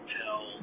tell